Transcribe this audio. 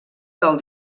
del